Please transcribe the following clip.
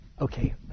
Okay